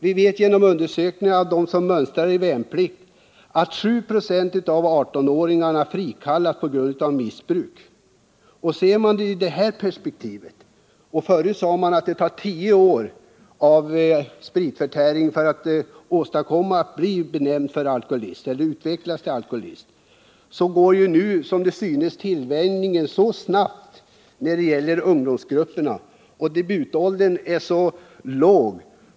Vi vet genom undersökningar av dem som mörnstrar till värnplikten att 7 96 av 18-åringarna frikallas på grund av missbruk. Förut sade man att det tar tio år av spritförtäring för att utvecklas till alkoholist. Nu synes dock tillvänjningen gå särskilt snabbt när det gäller ungdomsgrupperna, och debutåldern är låg.